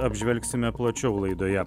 apžvelgsime plačiau laidoje